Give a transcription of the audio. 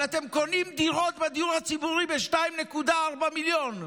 אבל אתם קונים דירות בדיור הציבורי ב-2.4 מיליון.